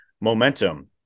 momentum